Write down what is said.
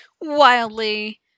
wildly